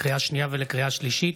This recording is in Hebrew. לקריאה השנייה ולקריאה השלישית: